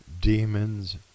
demons